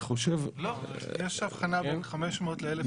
יש הבחנה בין 500 ל-1,000.